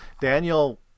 Daniel